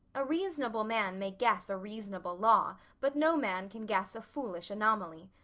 a reasonable man may guess a reasonable law, but no man can guess a foolish anomaly.